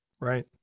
Right